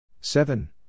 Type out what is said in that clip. seven